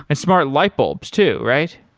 and smart lightbulbs too, right?